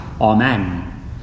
Amen